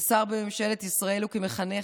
כשר בממשלת ישראל וכמחנך,